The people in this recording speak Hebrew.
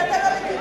נתת לו לגיטימציה,